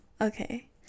okay